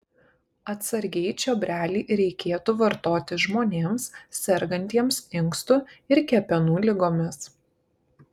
atsargiai čiobrelį reikėtų vartoti žmonėms sergantiems inkstų ir kepenų ligomis